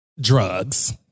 Drugs